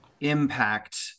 impact